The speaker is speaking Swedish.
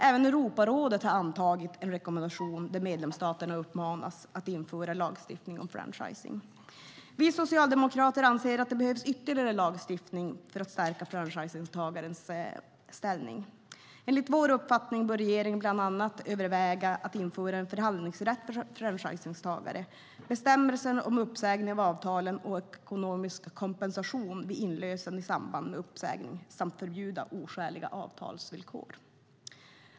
Även Europarådet har antagit en rekommendation där medlemsstaterna uppmanas att införa lagstiftning om franchising. Vi socialdemokrater anser att det behövs ytterligare lagstiftningsåtgärder för att stärka franchisetagares ställning. Enligt vår uppfattning bör regeringen bland annat överväga att införa en förhandlingsrätt för franchisetagare, bestämmelser om uppsägning av avtalen och ekonomisk kompensation vid inlösen i samband med uppsägning samt förbjuda oskäliga avtalsvillkor.